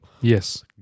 yes